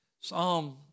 Psalm